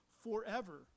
forever